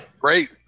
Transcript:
great